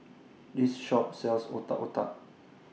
This Shop sells Otak Otak